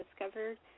discovered